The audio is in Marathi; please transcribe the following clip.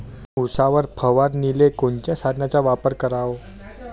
उसावर फवारनीले कोनच्या साधनाचा वापर कराव?